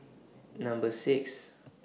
Number six